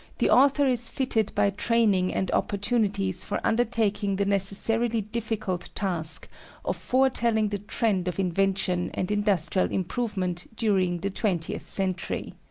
the author is fitted by training and opportunities for undertaking the necessarily difficult task of foretelling the trend of invention and industrial improvement during the twentieth century.